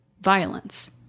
violence